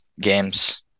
games